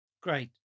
great